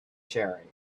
sharing